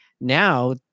Now